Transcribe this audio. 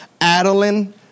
Adeline